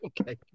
Okay